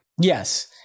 Yes